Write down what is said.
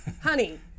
honey